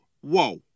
whoa